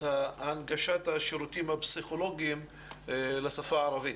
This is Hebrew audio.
הנגשת השירותים הפסיכולוגיים לשפה הערבית.